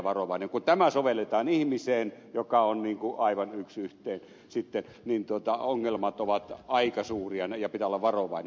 kun tämä sovelletaan ihmiseen joka on aivan yksi yhteen sitten niin ongelmat ovat aika suuria ja pitää olla varovainen